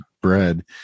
bread